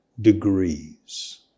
degrees